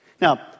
Now